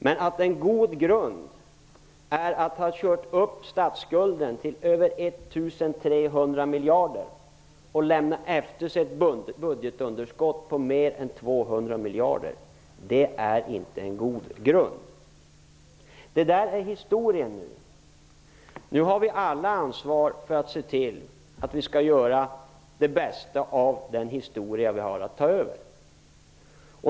Men det är inte en god grund att ha kört upp statsskulden till över 1 300 miljarder och att ha lämnat efter sig ett budgetunderskott på mer än 200 Detta är nu historia. Nu har vi alla ansvar för att göra det bästa av det som vi har fått ta över.